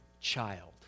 child